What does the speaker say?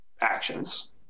actions